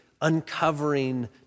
uncovering